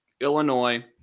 Illinois